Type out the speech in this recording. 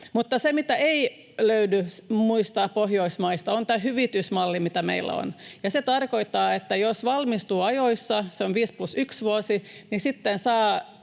se, mitä ei löydy muista Pohjoismaista, on tämä hyvitysmalli, mikä meillä on, ja se tarkoittaa sitä, että jos valmistuu ajoissa — se on viisi plus yksi